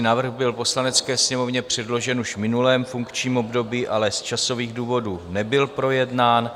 Návrh byl Poslanecké sněmovně předložen už v minulém funkčním období, ale z časových důvodů nebyl projednán.